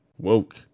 Woke